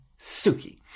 Suki